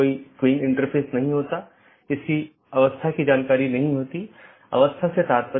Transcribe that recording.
इसलिए जब कोई असामान्य स्थिति होती है तो इसके लिए सूचना की आवश्यकता होती है